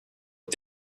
aux